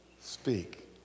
speak